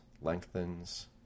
lengthens